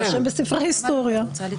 יירשם בספר ההיסטוריה.